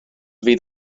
fydd